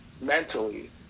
mentally